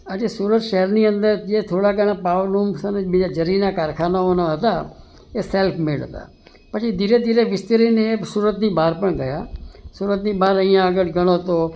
આજે સુરત શહેરની અંદર જે થોડા ઘણા પાવર લુમ્સ અને બીજા ઝરીના કારખાનાઓના હતા એ સેલ્ફ મેડ હતા પછી ધીરે ધીરે વિસ્તરીને સુરતની બહાર પણ ગયા સુરતની બહાર અહીં આગળ ગણો તો